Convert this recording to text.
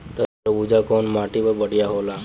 तरबूज कउन माटी पर बढ़ीया होला?